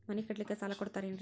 ಮನಿ ಕಟ್ಲಿಕ್ಕ ಸಾಲ ಕೊಡ್ತಾರೇನ್ರಿ?